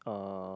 uh